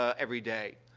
ah every day.